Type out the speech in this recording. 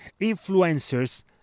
influencers